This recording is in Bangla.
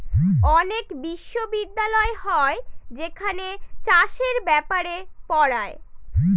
অনেক বিশ্ববিদ্যালয় হয় যেখানে চাষের ব্যাপারে পড়ায়